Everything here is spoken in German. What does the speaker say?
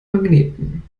magneten